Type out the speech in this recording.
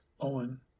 Owen